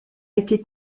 été